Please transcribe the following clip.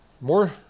more